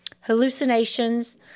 hallucinations